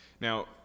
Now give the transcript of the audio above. Now